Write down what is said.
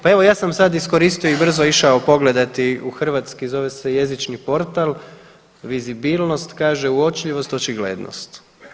Pa evo ja sam sad iskoristio i brzo išao pogledati u hrvatski zove se Jezični portal, vizibilnost kaže uočljivost, očiglednost.